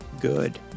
good